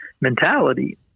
mentality